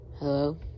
Hello